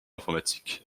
informatiques